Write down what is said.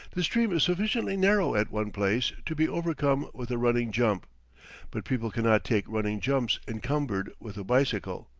the stream is sufficiently narrow at one place to be overcome with a running jump but people cannot take running jumps encumbered with a bicycle.